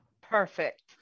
perfect